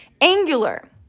Angular